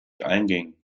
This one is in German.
einging